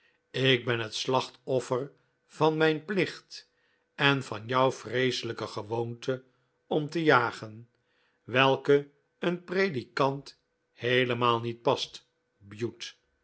ik ben het slachtoffer van mijn plicht en van jouw vreeselijke gewoonte om te jagen welke een predikant heelemaal niet past bute